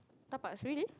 tapas really